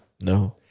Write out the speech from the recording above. no